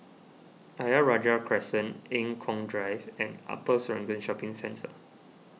Ayer Rajah Crescent Eng Kong Drive and Upper Serangoon Shopping Centre